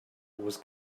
was